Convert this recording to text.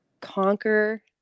conquer